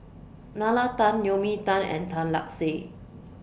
Nalla Tan Naomi Tan and Tan Lark Sye